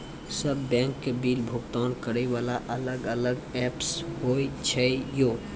सब बैंक के बिल भुगतान करे वाला अलग अलग ऐप्स होय छै यो?